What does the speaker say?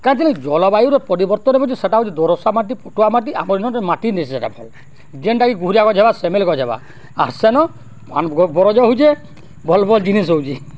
କାତିନି ଜଲବାୟୁୁର ପରିବର୍ତ୍ତନ ହେଉଛି ସେଇଟା ହେଉଛି ଦୋରସା ମାଟି ପୁଟଆ ମାଟି ଆମରି ମାଟି ନି ସେଇଟା ଭଲ ଯେନ୍ଟାକି ଘୁରିଆଗ ଗଛ୍ ହେବା ସେମେଲେକ ଗଛ୍ ହେବା ଆର୍ ସେନ ବରଜ ହେଉଛେ ଭଲ୍ ଭଲ୍ ଜିନିଷ ହେଉଛି